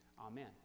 Amen